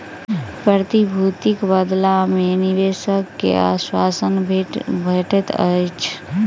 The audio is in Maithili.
प्रतिभूतिक बदला मे निवेशक के आश्वासन भेटैत अछि